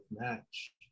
match